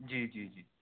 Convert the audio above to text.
جی جی جی